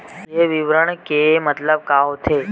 ये विवरण के मतलब का होथे?